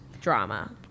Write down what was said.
drama